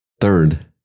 third